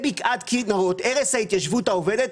ערש ההתיישבות העובדת.